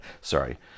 sorry